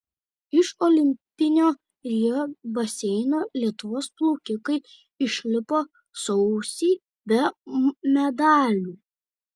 iš olimpinio rio baseino lietuvos plaukikai išlipo sausi be medalių